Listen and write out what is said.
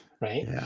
Right